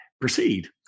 proceed